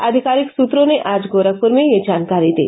आधिकारिक सूत्रों ने आज गोरखप्र मे यह जानकारी दी